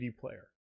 player